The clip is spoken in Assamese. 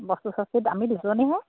বস্তু চস্তু আমি দুজনীহে